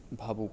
ভাবুক